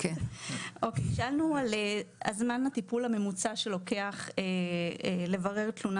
שאלנו על זמן הטיפול הממוצע שלוקח לברר תלונה